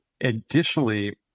Additionally